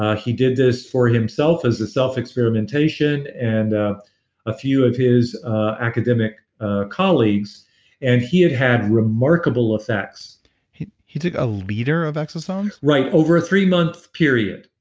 he did this for himself as a selfexperimentation and a a few of his academic colleagues and he had had remarkable effects he took a liter of exosomes? right. over a three-month period.